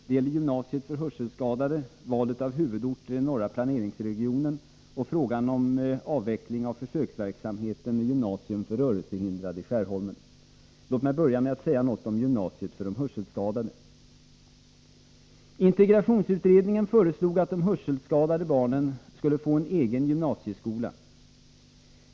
Det gäller gymnasiet för hörselskadade, valet av huvudort i den norra planeringsregionen och frågan om avveckling av försöksverksamheten med gymnasium för rörelsehindrade i Skärholmen. Låt mig börja med att säga några ord om gymnasiet för de hörselskadade. Integrationsutredningen föreslog att de hörselskadade barnen skulle få en egen gymnasieskola.